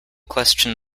question